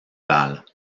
val